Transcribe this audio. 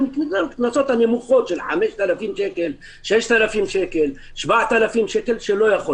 שהם הקנסות הנמוכים של 6,000-5,000 שקל או 7,000 שקל שהוא לא יכול.